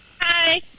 hi